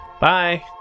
Bye